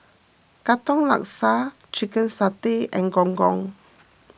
Katong Laksa Chicken Satay and Gong Gong